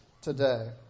today